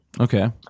okay